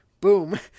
boom